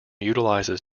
utilizes